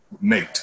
mate